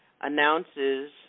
announces